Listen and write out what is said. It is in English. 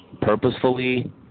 purposefully